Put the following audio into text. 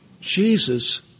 Jesus